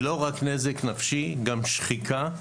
ולא רק נזק נפשי, גם שחיקה,